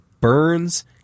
burns